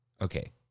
okay